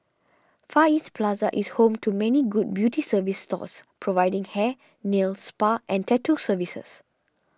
Far East Plaza is home to many good beauty service stores providing hair nail spa and tattoo services